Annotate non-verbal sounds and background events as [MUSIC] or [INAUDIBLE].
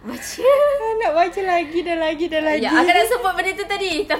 [LAUGHS] ah nak baca lagi dan lagi dan lagi